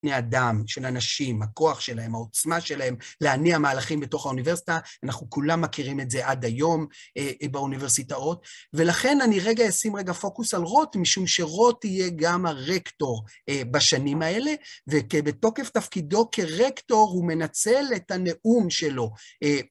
בני אדם, של אנשים, הכוח שלהם, העוצמה שלהם להניע מהלכים בתוך האוניברסיטה. אנחנו כולם מכירים את זה עד היום באוניברסיטאות. ולכן אני רגע אשים רגע פוקוס על רוט, משום שרוט יהיה גם הרקטור בשנים האלה, ובתוקף תפקידו כרקטור הוא מנצל את הנאום שלו.